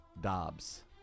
Dobbs